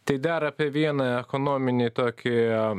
tai dar apie vieną ekonominį tokį